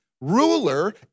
ruler